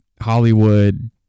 Hollywood